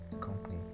company